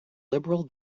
liberal